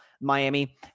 Miami